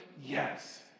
yes